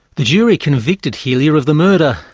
the jury convicted hillier of the murder,